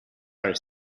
are